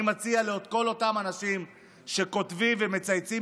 אני מציע לכל אותם אנשים שכותבים ומצייצים